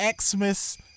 Xmas